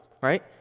right